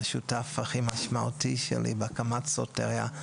השותף הכי משמעותי שלי בהקמת סוטריה,